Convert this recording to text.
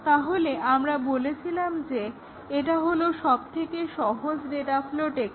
তাহলে আমরা বলেছিলাম যে এটা হলো সবথেকে সহজ ডেটা ফ্লো টেকনিক